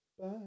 Bye